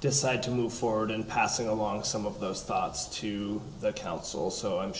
decide to move forward and passing along some of those thoughts to the council so i'm